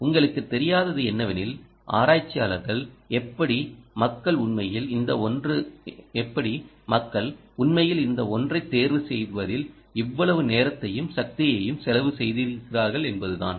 உங்களுக்குத் தெரியாதது என்னவெனில் ஆராய்ச்சியாளர்கள் எப்படி மக்கள் உண்மையில் இந்த ஒன்றைத் தேர்வு செய்வதில் இவ்வளவு நேரத்தையும் சக்தியையும் செலவு செய்திருக்கிறார்கள் என்பதுதான்